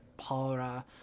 Palra